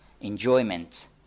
enjoyment